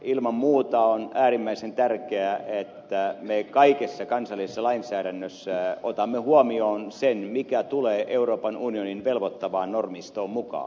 ilman muuta on äärimmäisen tärkeää että me kaikessa kansallisessa lainsäädännössämme otamme huomioon sen mikä tulee euroopan unionin velvoittavaan normistoon mukaan